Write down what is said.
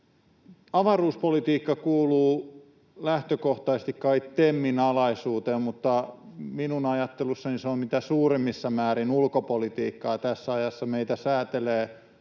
Avaruuspolitiikka kuuluu lähtökohtaisesti kai TEMin alaisuuteen, mutta minun ajattelussani se on mitä suurimmissa määrin ulkopolitiikkaa tässä ajassa. Meitä säätelee